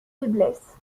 faiblesse